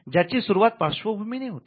ज्याची सुरुवात पार्श्वभूमीने होते